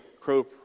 crow